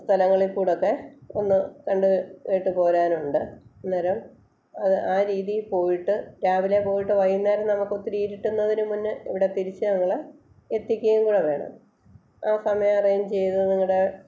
സ്ഥലങ്ങളിൽ കൂടെ ഒക്കെ ഒന്ന് രണ്ട് എട്ട് പോരാനുണ്ട് അന്നേരം ആ രീതിയിൽ പോയിട്ട് രാവിലെ പോയിട്ട് വൈകുന്നേരം നമുക്ക് ഒത്തിരി ഇരുട്ടുന്നതിന് മുന്നേ ഇവിടെ തിരിച്ച് ഞങ്ങളെ എത്തിക്കുകയും കൂടെ വേണം ആ സമയം അറേഞ്ച് ചെയ്ത് നിങ്ങളുടെ